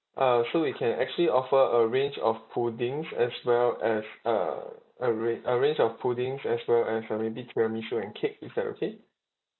uh so we can actually offer a range of puddings as well as uh a ra~ a range of puddings as well as uh maybe tiramisu and cake is that okay